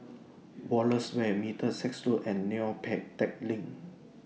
Wallace Way Middlesex Road and Neo Pee Teck Lane